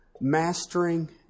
mastering